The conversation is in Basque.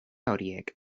horiek